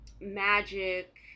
magic